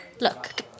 Look